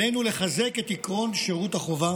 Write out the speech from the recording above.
עלינו לחזק את עקרון שירות החובה